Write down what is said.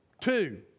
Two